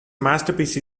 masterpiece